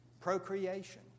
procreation